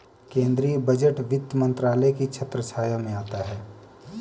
केंद्रीय बजट वित्त मंत्रालय की छत्रछाया में आता है